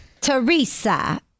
Teresa